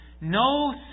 no